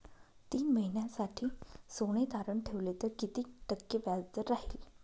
तीन महिन्यासाठी सोने तारण ठेवले तर किती टक्के व्याजदर राहिल?